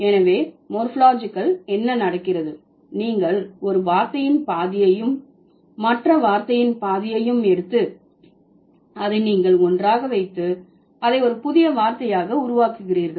எனவே மோர்பாலஜிகல் என்ன நடக்கிறது நீங்கள் ஒரு வார்த்தையின் பாதியையும் மற்ற வார்த்தையின் பாதியையும் எடுத்து அதை நீங்கள் ஒன்றாக வைத்து அதை ஒரு புதிய வார்த்தையாக உருவாக்குகிறீர்கள்